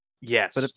yes